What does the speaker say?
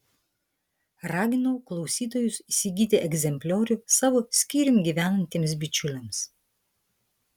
raginau klausytojus įsigyti egzempliorių savo skyrium gyvenantiems bičiuliams